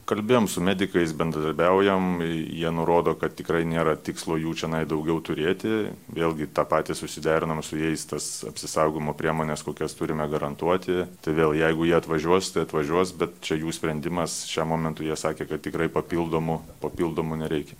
kalbėjom su medikais bendradarbiaujam jie nurodo kad tikrai nėra tikslo jų čionai daugiau turėti vėlgi tą patį susiderinom su jais tas apsisaugojimo priemones kokias turime garantuoti tai vėl jeigu jie atvažiuos tai atvažiuos bet čia jų sprendimas šiuo momentu jie sakė kad tikrai papildomų papildomų nereikia